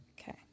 okay